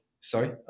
Sorry